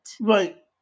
Right